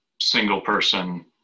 single-person